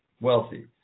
wealthy